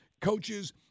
coaches –